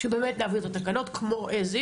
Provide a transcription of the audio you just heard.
שבאמת נעביר את התקנות כמו שהן,